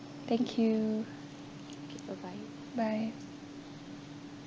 thank you bye